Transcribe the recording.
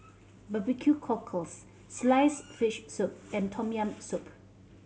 barbecue cockles sliced fish soup and Tom Yam Soup